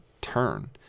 turn